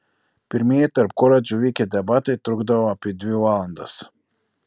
pirmieji tarp koledžų vykę debatai trukdavo apie dvi valandas